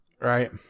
right